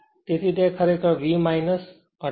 તેથી તે ખરેખર V 18